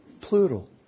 plural